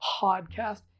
Podcast